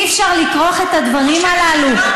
אי-אפשר לכרוך את הדברים הללו.